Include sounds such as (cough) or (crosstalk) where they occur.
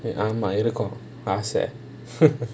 ஆமா இருக்கும் ஆச:aamaa irukum aasa (laughs)